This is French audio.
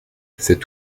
cet